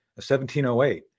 1708